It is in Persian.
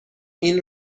این